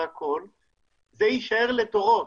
זה יישאר לדורות,